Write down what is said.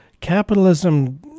capitalism